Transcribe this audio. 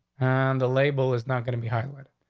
and the label is not going to be high with.